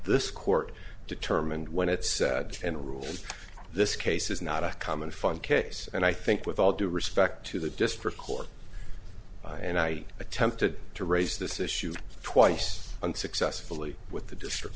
this court determined when it said and rule in this case is not a common fund case and i think with all due respect to the district court and i attempted to raise this issue twice unsuccessfully with the district